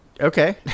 Okay